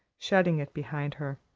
shutting it behind her.